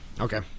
Okay